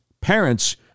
parents